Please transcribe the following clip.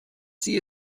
sie